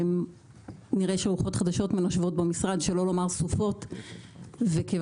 נראה שרוחות חדשות מנשבות במשרד, שלא נאמר סופות.